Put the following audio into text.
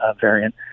variant